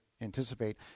anticipate